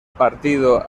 partido